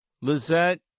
Lizette